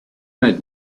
night